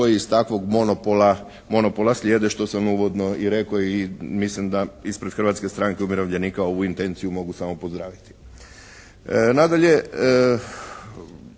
koje iz takvog monopola slijede što sam uvodno i rekao i mislim da ispred Hrvatske stranke umirovljenika ovu intenciju mogu samo pozdraviti.